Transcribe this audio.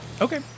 Okay